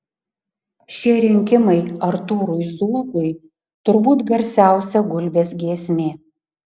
šie rinkimai artūrui zuokui turbūt garsiausia gulbės giesmė